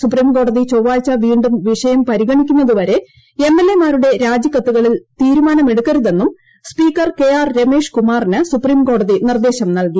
സുപ്രീംകോടതി ചൊവ്വാഴ്ച വീണ്ടും വിഷയം പരിഗണിക്കുന്നത് വരെ എം എൽ എ മാരുടെ രാജിക്കത്തുകളിൽ തീരുമാനമെടുക്കരുതെന്നും സ്പീക്കർ കെ ആർ രമേഷ് കുമാറിന് സുപ്രീംകോടതി നിർദ്ദേശം നൽകി